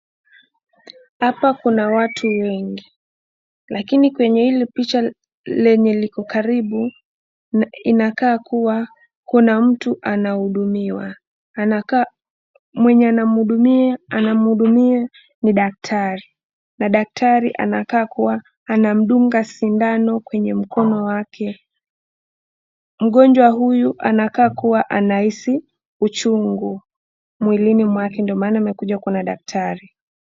Hapa kuna watu wengi. Lakini kwenye hili picha lenye liko karibu inakaa kuwa kuna mtu anahudumiwa. Anakaa mwenye anamhudumie anamhudumie ni daktari. Na daktari anakaa kuwa anamduunga sindano kwenye mkono wake. Mgonjwa huyu anakaa kuwa anahisi uchungu mwilini mwake ndio maana amekuja kuona daktari.